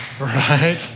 Right